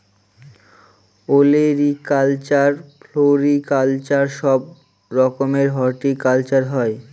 olericulture, floriculture সব রকমের horticulture হয়